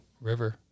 River